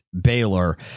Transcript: Baylor